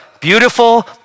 beautiful